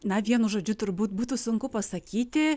na vienu žodžiu turbūt būtų sunku pasakyti